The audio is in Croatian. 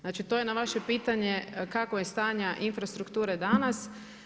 Znači to je na vaše pitanje kakvo je stanja infrastruktura danas.